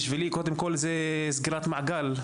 בשביל זאת קודם כל סגירת מעגל.